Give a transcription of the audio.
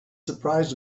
surprised